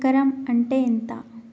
ఎకరం అంటే ఎంత?